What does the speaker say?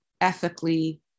ethically